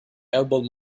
elbowed